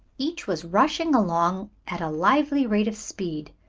each was rushing along at a lively rate of speed,